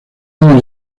años